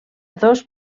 dos